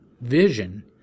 vision